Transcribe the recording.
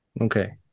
Okay